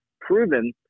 proven